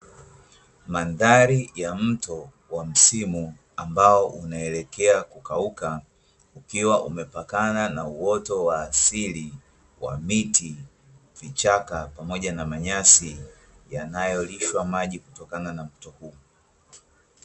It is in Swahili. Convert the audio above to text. Mandhari ya mto wa msimu ambao unaelekea kukauka, ukiwa umepakana na uoto wa asili wa miti, vichaka pamoja na manyasi yanayolishwa maji kutokana na mto huu.